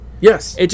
Yes